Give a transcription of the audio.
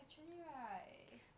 actually right